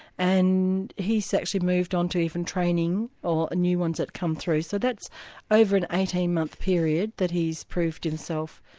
and he's actually moved on to even training the new ones that come through. so that's over an eighteen month period that he's proved himself.